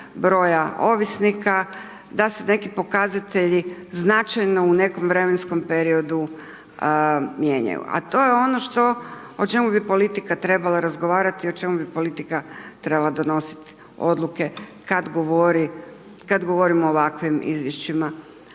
broja ovisnika, da se neki pokazatelji značajno u nekom vremenskom periodu mijenjaju. A to je ono što, o čemu bi politika trebala razgovarati, o čemu bi politika trebala donositi odluke kad govorimo o ovakvim izvješćima